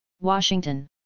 Washington